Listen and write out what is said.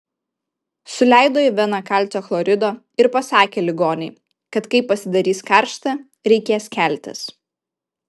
suleido į veną kalcio chlorido ir pasakė ligonei kad kai pasidarys karšta reikės keltis